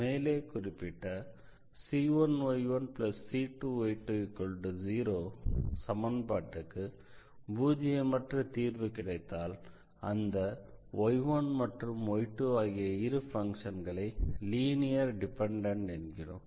மேலே குறிப்பிட்ட c1y1c2y20 சமன்பாட்டுக்கு பூஜ்ஜியம் அற்ற தீர்வு கிடைத்தால் அந்த y1 மற்றும் y2 ஆகிய இரு பங்க்ஷன்களை லீனியர் டிபெண்டன்ட் என்கிறோம்